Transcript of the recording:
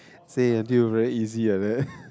say until very easy like that